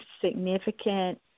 significant